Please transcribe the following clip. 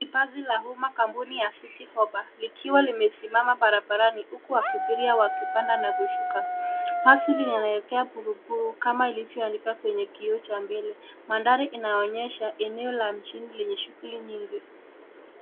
Basi la umma kampuni la citihoppa. Likiwa limesimama barabarani huku abiria wakipanda na kushuka. Basi hili linaelekea buruburu, kama ilivyoandikwa kwenye kioo cha mbele. Mandhari inaonyesha eneo la mjini lenye shughuli nyingi.